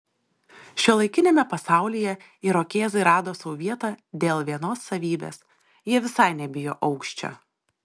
šiuolaikiniame pasaulyje irokėzai rado sau vietą dėl vienos savybės jie visai nebijo aukščio